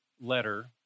letter